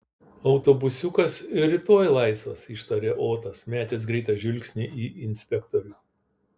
autobusiukas ir rytoj laisvas ištarė otas metęs greitą žvilgsnį į inspektorių